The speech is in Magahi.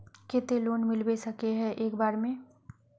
केते लोन मिलबे सके है एक बार में?